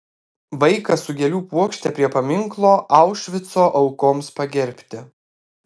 vaikas su gėlių puokšte prie paminklo aušvico aukoms pagerbti